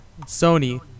Sony